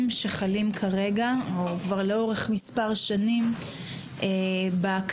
שחלים כרגע או כבר לאורך מספר שנים באקדמיה,